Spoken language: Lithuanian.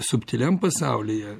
subtiliam pasaulyje